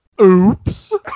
Oops